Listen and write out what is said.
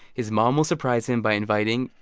his mom will surprise him by inviting,